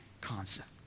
concept